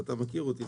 ואתה מכיר אותי,